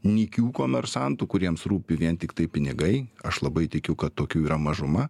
nykių komersantų kuriems rūpi vien tiktai pinigai aš labai tikiu kad tokių yra mažuma